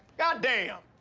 god damn!